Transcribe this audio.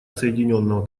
соединенного